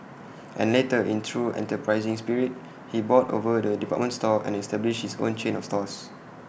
and later in true enterprising spirit he bought over the department store and established his own chain of stores